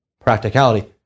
practicality